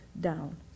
down